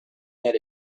that